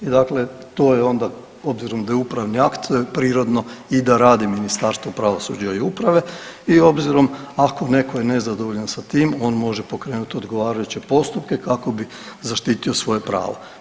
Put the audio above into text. I dakle to je onda obzirom da je upravni akt prirodno i da radi Ministarstvo pravosuđa i uprave i obzirom ako netko je nezadovoljan sa tim on može pokrenut odgovarajuće postupke kako bi zaštitio svoje pravo.